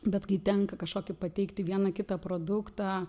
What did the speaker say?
bet kai tenka kažkokį pateikti vieną kitą produktą